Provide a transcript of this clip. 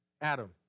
Adam